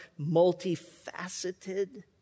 multifaceted